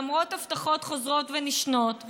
למרות הבטחות חוזרות ונשנות,